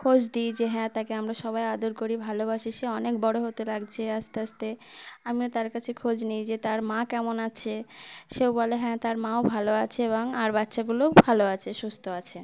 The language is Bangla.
খোঁজ দিই যে হ্যাঁ তাকে আমরা সবাই আদর করি ভালোবাসি সে অনেক বড়ো হতে লাগছে আস্তে আস্তে আমিও তার কাছে খোঁজ নিই যে তার মা কেমন আছে সেও বলে হ্যাঁ তার মাও ভালো আছে এবং আর বাচ্চাগুলোও ভালো আছে সুস্থ আছে